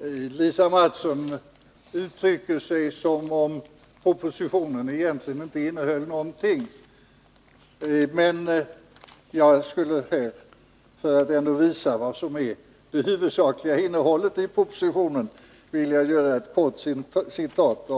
Herr talman! Lisa Mattson uttrycker sig som om propositionen egentligen inte innehöll någonting. För att visa det huvudsakliga innehållet i propositionen, vill jag göra ett kort citat